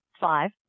five